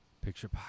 Picture